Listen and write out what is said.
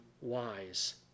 wise